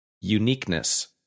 uniqueness